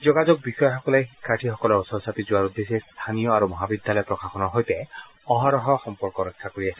যোগাযোগ বিষয়াসকলে শিক্ষাৰ্থীসকলৰ ওচৰ চাপি যোৱাৰ উদ্দেশ্যে স্থানীয় আৰু মহাবিদ্যালয় প্ৰশাসনৰ সৈতে অহৰহ সম্পৰ্ক ৰক্ষা কৰি আছে